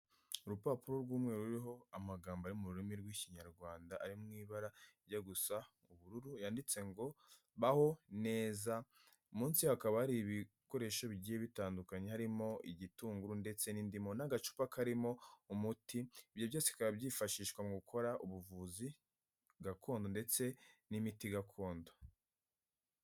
Urupapuro rw'umwe ruriho amagambo ari mu rurimi rw'ikinyarwanda ari mu ibara rijya gusa ubururu, yanditse ngo baho neza, munsi hakaba hari ibikoresho bigiye bitandukanye harimo igitunguru ndetse n'indimu n'agacupa karimo umuti, ibyo byose bikaba byifashishwa mu gukora ubuvuzi gakondo ndetse n'imiti gakondo.